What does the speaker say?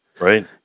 Right